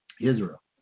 Israel